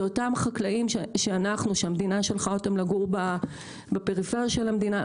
זה אותם חקלאים שהמדינה שלחה אותם לגור בפריפריה של המדינה,